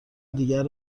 دیگر